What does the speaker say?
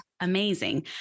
amazing